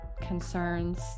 concerns